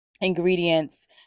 ingredients